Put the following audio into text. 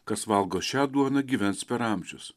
kas valgo šią duoną gyvens per amžius